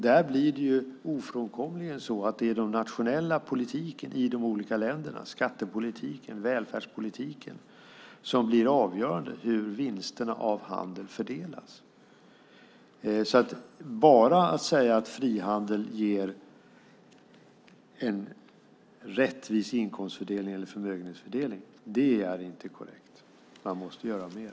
Där blir ofrånkomligen den nationella politiken i de olika länderna, skattepolitiken och välfärdspolitiken, avgörande för hur vinsterna av handeln fördelas. Att säga att frihandel ger en rättvis inkomst eller förmögenhetsfördelning är inte korrekt. Man måste göra mer.